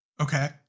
Okay